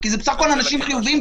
זאת הדמוקרטיה.